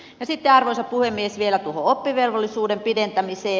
ja sitten arvoisa puhemies vielä tuohon oppivelvollisuuden pidentämiseen